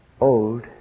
old